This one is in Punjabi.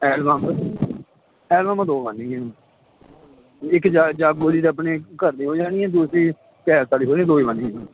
ਐਲਬਮ ਐਲਬਮਾਂ ਦੋ ਬਨਣਗੀਆਂ ਇੱਕ ਜਾਗੋ ਦੀ ਅਤੇ ਆਪਣੇ ਘਰ ਦੀ ਹੋ ਜਾਣੀ ਹੈ ਦੂਸਰੀ ਪੇਲੇਸ ਵਾਲੀ ਹੋ ਜਾਣੀ ਦੋ ਹੀ ਬਨਣਗੀਆਂ ਜੀ